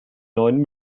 neuen